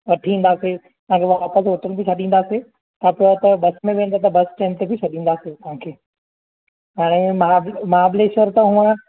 वठी ईंदासीं तव्हां खे वापसि होटल बि छॾींदासीं हथो हथु बस में वेंदा त बस स्टैण्ड ते बि छॾींदासीं तव्हां खे हाणे महा महाबलेश्वर त हूंअ